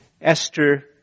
Esther